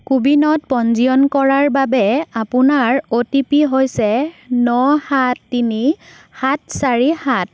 কো ৱিনত পঞ্জীয়ন কৰাৰ বাবে আপোনাৰ অ'টিপি হৈছে ন সাত তিনি সাত চাৰি সাত